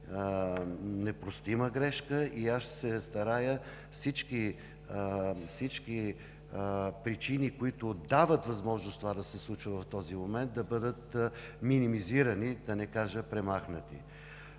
непростима грешка и аз ще се старая всички причини, които дават възможност това да се случва в този момент, да бъдат минимизирани, да не кажа – премахнати.